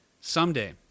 someday